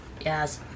Yes